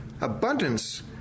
abundance